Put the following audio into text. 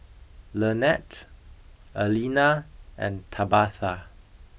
Lanette Alena and Tabatha